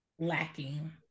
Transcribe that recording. lacking